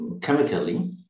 chemically